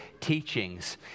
teachings